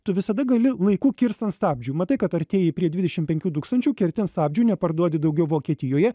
tu visada gali laiku kirst ant stabdžių matai kad artėji prie dvidešim penkių tūkstančių kerti ant stabdžių neparduoti daugiau vokietijoje